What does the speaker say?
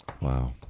wow